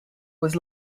was